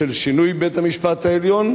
של שינוי בית-המשפט העליון,